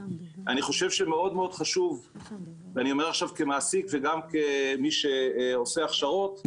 אני חושב שמאוד מאוד חשוב ואני אומר עכשיו כמעסיק וגם כמי שעושה הכשרות,